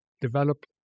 develop